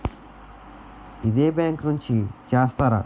ఇదే బ్యాంక్ నుంచి చేస్తారా?